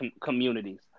communities